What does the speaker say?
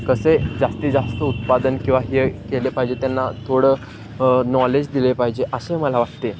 कसे जास्तीत जास्त उत्पादन किंवा हे केले पाहिजे त्यांना थोडं नॉलेज दिले पाहिजे असे मला वाटते